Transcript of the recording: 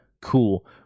Cool